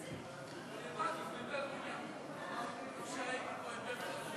ההצעה להעביר את הצעת